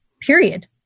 period